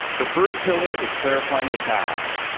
the first pillar is clarifying the path